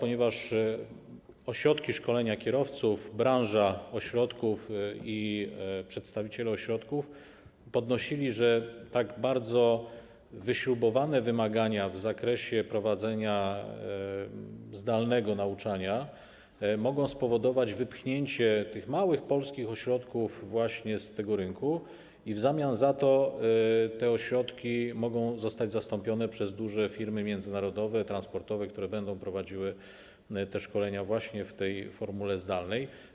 Ośrodki szkolenia kierowców, branża ośrodków i przedstawiciele ośrodków podnosili, że tak bardzo wyśrubowane wymagania w zakresie prowadzenia zdalnego nauczania mogą spowodować wypchnięcie małych polskich ośrodków z tego rynku i w zamian za to te ośrodki mogą zostać zastąpione przez duże firmy międzynarodowe, transportowe, które będą prowadziły te szkolenia właśnie w formule zdalnej.